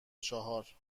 چهار